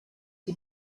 die